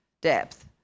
depth